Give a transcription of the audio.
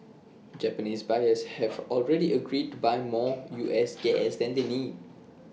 Japanese buyers have already agreed to buy more U S gas than they need